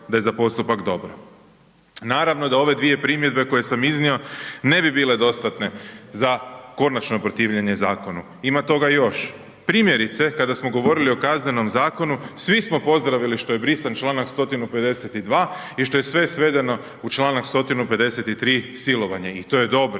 da je za postupak dobro. Naravno da ove dvije primjedbe koje sam iznio ne bi bile dostatne za konačno protivljenje zakonu, ima toga još. Primjerice, kada smo govorili o KZ-u, svi smo pozdravili što je brisan čl. 152. i što je sve svedeno u čl. 153. silovanje, i to je dobro.